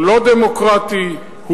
לא דמוקרטי,